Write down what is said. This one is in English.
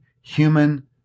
human